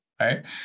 right